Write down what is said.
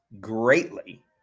greatly